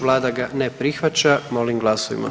Vlada ga ne prihvaća, molim glasujmo.